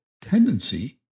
tendency